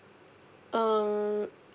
um